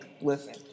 listen